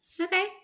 Okay